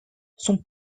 son